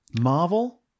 Marvel